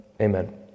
amen